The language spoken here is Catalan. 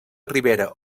ribera